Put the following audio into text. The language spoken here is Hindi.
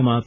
समाप्त